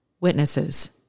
witnesses